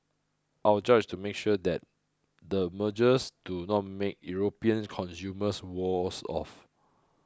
our job is to make sure that the mergers do not make European consumers worse off